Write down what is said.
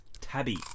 Tabby